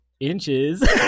inches